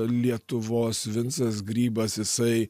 lietuvos vincas grybas jisai